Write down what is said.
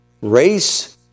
race